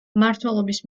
მმართველობის